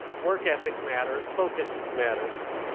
work ethic matters, focus matters,